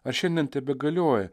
ar šiandien tebegalioja